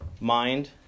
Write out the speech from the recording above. mind